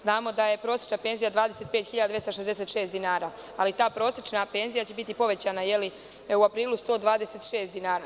Znamo da je prosečna penzija 25.266 dinara, ali ta prosečna penzija će biti povećana u aprilu 126 dinara.